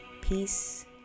peace